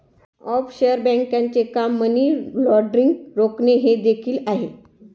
offshore बँकांचे काम money laundering रोखणे हे देखील आहे